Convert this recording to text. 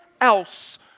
else